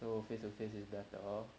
so face to face is better